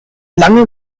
lange